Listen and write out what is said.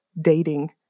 dating